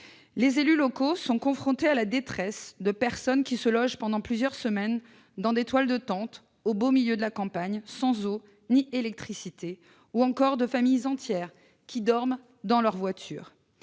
Les élus locaux sont confrontés à la détresse de personnes qui se logent pendant plusieurs semaines sous des toiles de tente, au beau milieu de la campagne, sans eau ni électricité, ou encore de familles entières qui dorment dans leur voiture.